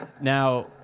Now